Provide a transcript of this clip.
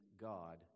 God